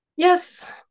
Yes